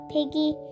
Piggy